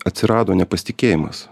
atsirado nepasitikėjimas